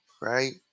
right